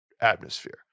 atmosphere